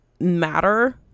matter